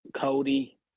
Cody